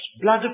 blood